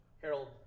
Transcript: Harold